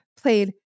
played